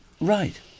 Right